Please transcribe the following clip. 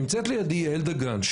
נמצאת לידי יעל דגן,